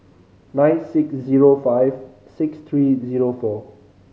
nine six zero five six three zero four